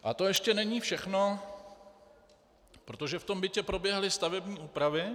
A to ještě není všechno, protože v tom bytě proběhly stavební úpravy.